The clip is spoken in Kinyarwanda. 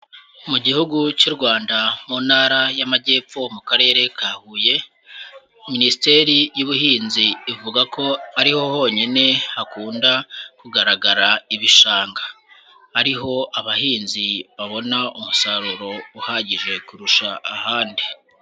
Mu gihugu cy'u Rwanda mu ntara y'Amajyepfo mu karere ka Huye, Minisiteri y'Ubuhinzi ivuga ko ari ho honyine hakunda kugaragara ibishanga, ari ho abahinzi babona umusaruro uhagije kurusha ahandi.